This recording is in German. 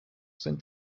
sind